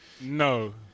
No